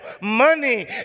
money